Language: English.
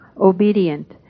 obedient